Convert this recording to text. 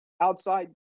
Outside